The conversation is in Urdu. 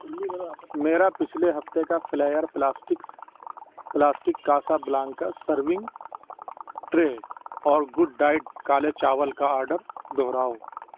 میرا پچھلے ہفتے کا flair plastics plastic Casablanca serving tray اور گوڈ ڈائٹ کالے چاول کا آرڈر دوہراؤ